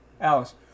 Alice